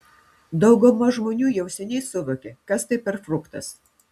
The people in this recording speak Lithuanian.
dauguma žmonių jau seniai suvokė kas tai per fruktas